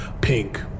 pink